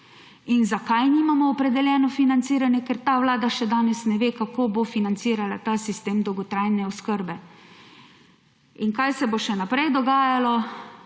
Zakaj nimamo opredeljeno financiranje? Ker ta vlada še danes ne ve, kako bo financirala ta sistem dolgotrajne oskrbe. In kaj se bo še naprej dogajalo?